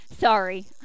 Sorry